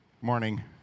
Morning